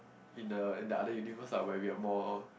in the in the other universe ah where we're more